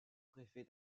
préfet